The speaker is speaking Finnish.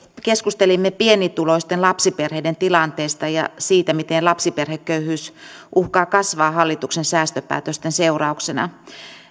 keskustelimme pienituloisten lapsiperheiden tilanteesta ja siitä miten lapsiperheköyhyys uhkaa kasvaa hallituksen säästöpäätösten seurauksena